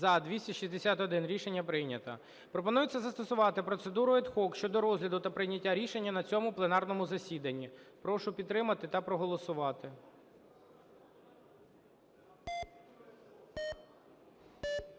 За-261 Рішення прийнято. Пропонується застосувати процедуру ad hoc щодо розгляду та прийняття рішення на цьому пленарному засіданні. Прошу підтримати та проголосувати.